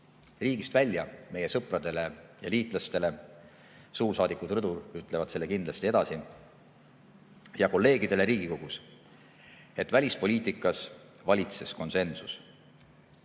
riigist välja meie sõpradele ja liitlastele – suursaadikud rõdul ütlevad selle kindlasti edasi – ja kolleegidele Riigikogus, et välispoliitikas valitses konsensus.